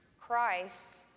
Christ